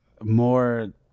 more